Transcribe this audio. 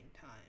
time